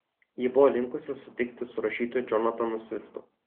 ji buvo linkusi sutikti su rašytoju džonatanu sviftu